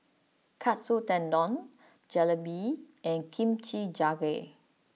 Katsu Tendon Jalebi and Kimchi jjigae